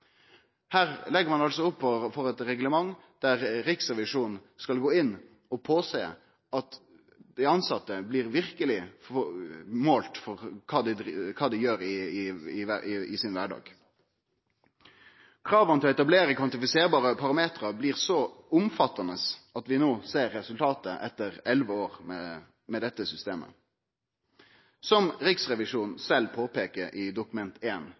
Her legg ein altså opp til eit reglement der Riksrevisjonen skal gå inn og sjå til at dei tilsette verkeleg blir målte på kva dei driv med, kva dei gjer i sin kvardag. Krava til å etablere kvantifiserbare parameter blir så omfattande at vi no ser resultatet, etter elleve år med dette systemet. Riksrevisjonen påpeiker det sjølv i Dokument